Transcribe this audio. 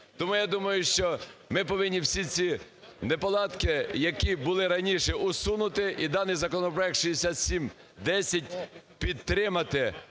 Тому я думаю, що ми повинні всі ці неполадки, які були раніше, усунути, і даний законопроект 6710 підтримати.